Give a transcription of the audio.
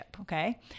okay